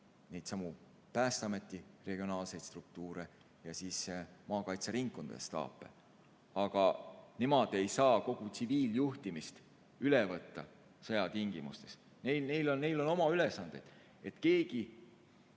neidsamu Päästeameti regionaalseid struktuure ja maakaitseringkondade staape. Aga nemad ei saa kogu tsiviiljuhtimist üle võtta sõja tingimustes, neil on oma ülesanded. Mingi